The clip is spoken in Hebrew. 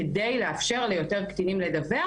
כדי לאפשר ליותר קטינים לדווח,